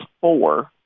four